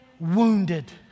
wounded